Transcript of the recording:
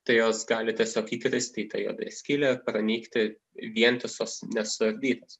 tai jos gali tiesiog įkristi į tą juodąją skylę pranykti vientisas nesuardytas